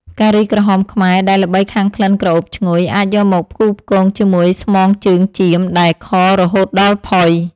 ការីក្រហមខ្មែរដែលល្បីខាងក្លិនក្រអូបឈ្ងុយអាចយកមកផ្គូផ្គងជាមួយស្មងជើងចៀមដែលខរហូតដល់ផុយ។